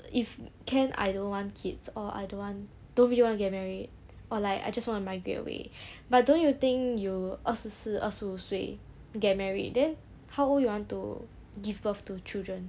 if can I don't want kids or I don't want don't really wanna get married or like I just wanna migrate away but don't you think you 二十四二十五岁 get married then how old you want to give birth to children